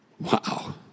Wow